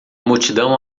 multidão